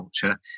culture